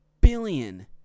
Billion